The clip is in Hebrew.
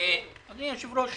אדוני היושב-ראש,